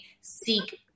seek